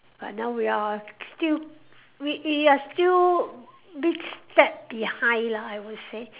but now we are still we we are still big step behind lah I would say